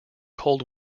cold